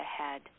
ahead